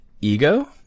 Ego